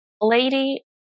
Lady